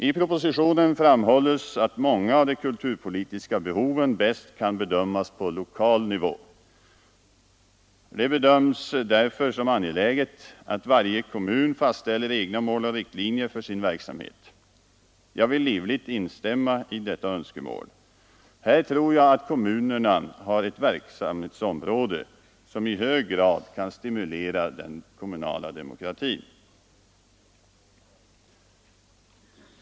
I propositionen framhålles att många av de kulturpolitiska behoven bäst kan bedömas på lokal nivå. Det betraktas därför som angeläget att varje kommun fastställer egna mål och riktlinjer för sin verksamhet. Jag vill livligt instämma i detta önskemål. Här tror jag att kommunerna har ett verksamhetsområde som i hög grad kan stimulera den kommunala demokratin.